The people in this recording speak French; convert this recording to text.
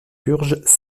purges